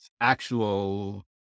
actual